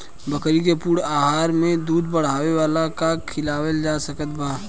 बकरी के पूर्ण आहार में दूध बढ़ावेला का खिआवल जा सकत बा?